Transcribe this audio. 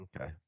Okay